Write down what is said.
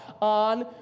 on